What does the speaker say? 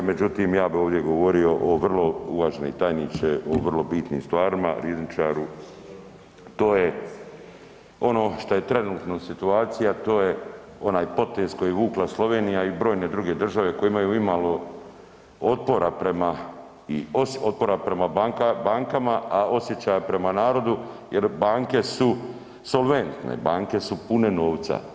Međutim ja bih ovdje govorio uvaženi tajniče o vrlo bitnim stvarima, rizničaru, to je ono što je trenutno situacija, a to je onaj potez koji je vukla Slovenija i brojne druge države koje imaju imalo otpora prema bankama, a osjećaja prema narodu jer banke su solventne, banke su pune novca.